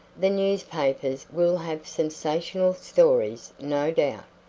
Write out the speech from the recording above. the newspapers will have sensational stories no doubt,